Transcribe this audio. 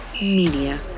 Media